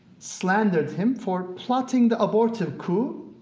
slandered him for plotting the aborted coup.